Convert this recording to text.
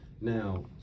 Now